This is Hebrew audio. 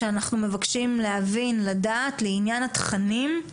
שאנחנו מבקשים להבין, לדעת, לעניין התכנים.